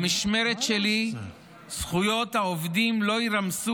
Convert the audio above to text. במשמרת שלי זכויות העובדים לא יירמסו